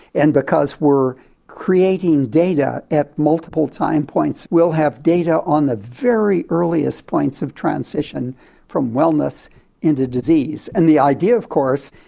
and because we're creating data at multiple time points we'll have data on the very earliest points of transition from wellness into disease, and the idea, of course,